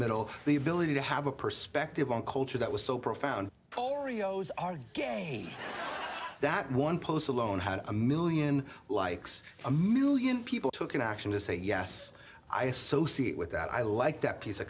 middle the ability to have a perspective on culture that was so profound oreos are game that one post alone had a million likes a million people took an action to say yes i associate with that i like that piece of